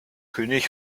könig